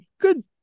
good